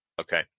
okay